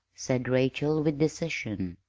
said rachel with decision.